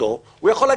ויחולו